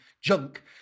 junk